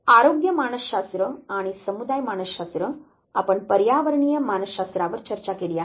आरोग्य मानसशास्त्र आणि समुदाय मानसशास्त्र आपण पर्यावरणीय मानसशास्त्रावर चर्चा केली आहे